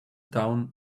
down